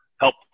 help